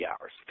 hours